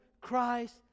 Christ